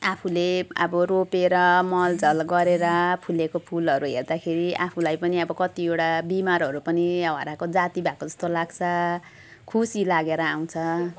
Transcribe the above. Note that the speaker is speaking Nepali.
आफूले अब रोपेर मलजल गरेर फुलेको फुलहरू हेर्दाखेरि आफूलाई पनि अब कतिवटा बिमारहरू पनि हराएको जाती भएको जस्तो लाग्छ खुसी लागेर आउँछ